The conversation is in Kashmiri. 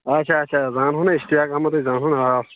اچھا اچھا زانہون ہا اِشتیاق احمد ہے زانہون آ